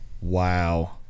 Wow